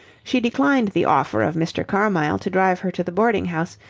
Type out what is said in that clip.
she declined the offer of mr. carmyle to drive her to the boarding-house,